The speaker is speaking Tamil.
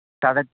கதக்